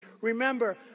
Remember